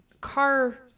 car